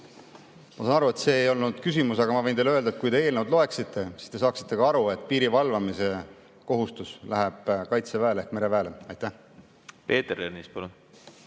Ma saan aru, et see ei olnud küsimus, aga ma võin teile öelda, et kui te eelnõu loeksite, siis te saaksite ka aru, et piiri valvamise kohustus läheb Kaitseväele ehk mereväele. Ma saan aru,